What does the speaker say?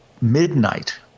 midnight